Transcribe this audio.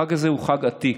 החג הזה הוא חג עתיק,